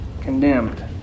condemned